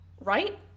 right